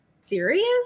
serious